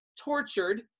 tortured